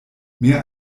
mehr